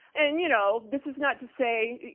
and you know, this is not to say,